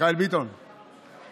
מיכאל ביטון ויעל.